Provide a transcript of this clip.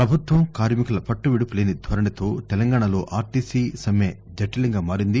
ప్రభుత్వం కార్మికుల పట్ట విడుపు లేని ధోరణితో తెలంగాణలో ఆర్టీసి సమ్నె జటీలంగా మారింది